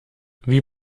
wie